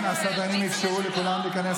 ביביסטאן כבר כאן.